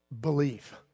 belief